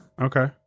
okay